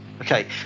Okay